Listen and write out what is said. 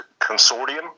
consortium